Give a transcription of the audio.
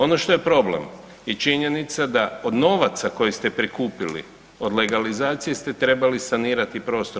Ono što je problem i činjenica da od novaca koji ste prikupili od legalizacije ste trebali sanirati prostor.